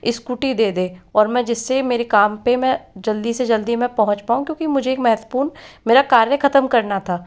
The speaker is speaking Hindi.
स्कूटी दे दे और मैं जिससे मेरे काम पर मैं जल्दी से जल्दी मै पहुँच पाऊँ क्योंकि मुझे एक महत्वपूर्ण मेरा कार्य खत्म करना था